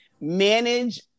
manage